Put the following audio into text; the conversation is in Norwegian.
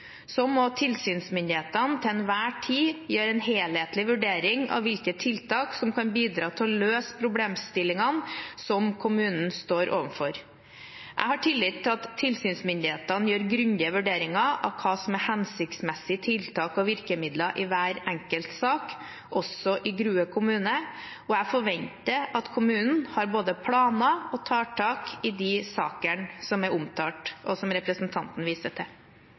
Så må tilsynsmyndighetene til enhver tid gjøre en helhetlig vurdering av hvilke tiltak som kan bidra til å løse problemstillingene som kommunen står overfor. Jeg har tillit til at tilsynsmyndighetene gjør grundige vurderinger av hva som er hensiktsmessige tiltak og virkemidler i hver enkelt sak – også i Grue kommune. Jeg forventer at kommunen både har planer og tar tak i de sakene som er omtalt, og som representanten viste til.